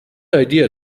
idea